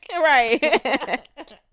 Right